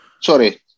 sorry